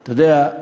אתה יודע,